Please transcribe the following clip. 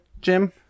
Jim